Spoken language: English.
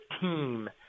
team